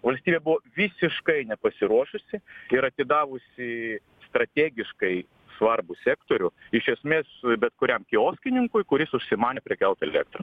valstybė buvo visiškai nepasiruošusi ir atidavusi strategiškai svarbų sektorių iš esmės bet kuriam kioskininkui kuris užsimanė prekiaut elektra